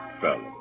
fellow